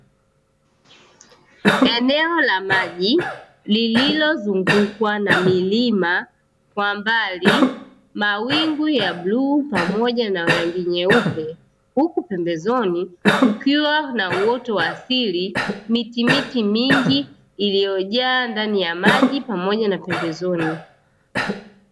Eneo la maji likizungukwa na milima kwa mbali mawingu ya bluu pamoja na rangi nyeupe, huku pembezoni kukiwa na uoto wa asili, miti miti mingi iliyojaa ndani ya maji na pembezoni.